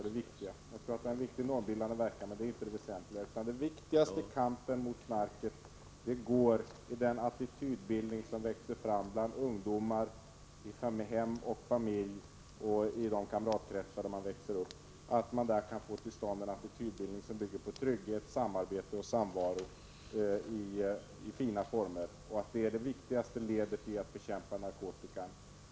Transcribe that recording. Jag tror att det har en viktig normbildande verkan, men det viktigaste i kampen mot knarket är den attityd som växer fram bland ungdomar, i hem och familj och i kamratkretsen. Att man där kan få till stånd en attitydbildning som bygger på trygghet, samarbete och samvaro i fina former är det viktigaste ledet när det gäller att bekämpa narkotikabruket.